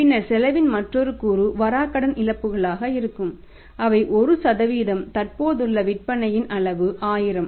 பின்னர் செலவின் மற்றொரு கூறு வராக்கடன் இழப்புகளாக இருக்கும் அவை 1 தற்போதுள்ள விற்பனையின் அளவு 1000